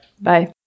bye